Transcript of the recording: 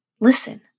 listen